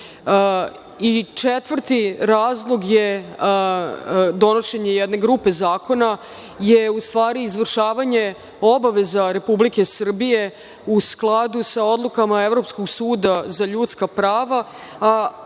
menja. Četvrti razlog je donošenje jedne grupe zakona, izvršavanje obaveza Republike Srbije u skladu sa odlukama Evropskog suda za ljudska prava, a